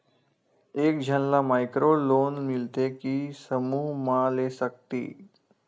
एक झन ला माइक्रो लोन मिलथे कि समूह मा ले सकती?